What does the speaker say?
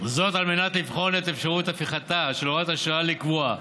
על מנת לבחון את אפשרות הפיכתה של הוראת השעה לקבועה.